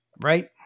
Right